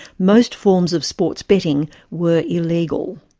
most forms of sports betting were illegal.